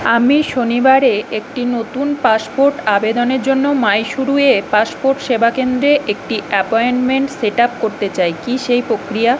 আমি শনিবারে একটি নতুন পাসপোর্ট আবেদনের জন্য মাইসুরুয়ে পাসপোর্ট সেবা কেন্দ্রে একটি অ্যাপয়েন্টমেন্ট সেট আপ করতে চাই কী সেই প্রক্রিয়া